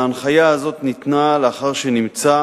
ההנחיה הזאת ניתנה לאחר שנמצא